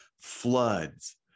floods